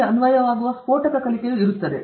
ಗೆ ಅನ್ವಯವಾಗುವ ಸ್ಫೋಟಕ ಕಲಿಕೆಯು ಇರುತ್ತದೆ